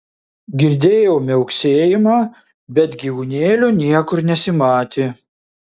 girdėjau miauksėjimą bet gyvūnėlio niekur nesimatė